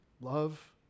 Love